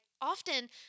often